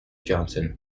johnson